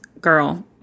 girl